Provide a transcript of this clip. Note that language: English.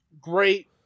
great